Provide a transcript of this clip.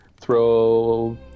throw